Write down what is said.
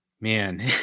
Man